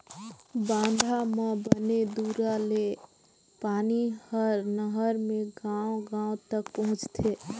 बांधा म बने दूरा ले पानी हर नहर मे गांव गांव तक पहुंचथे